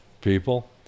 people